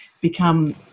become